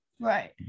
Right